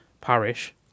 parish